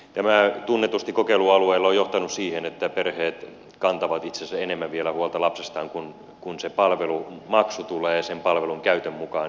tämä tunnetusti kokeilualueilla on johtanut siihen että perheet kantavat itse asiassa enemmän vielä huolta lapsestaan kun se palvelumaksu tulee sen palvelun käytön mukaan